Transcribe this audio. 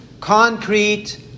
concrete